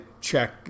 check